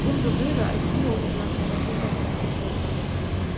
um so böser als mio ins land seiner väter zurückgekehrt war